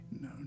no